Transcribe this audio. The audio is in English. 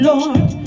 Lord